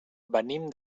venim